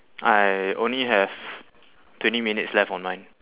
I only have twenty minutes left on mine